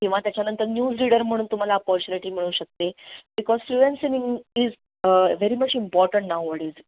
किंवा त्याच्यानंतर news reader म्हणून तुम्हाला अपॉर्च्युनिटी मिळू शकते because is very much important nowadays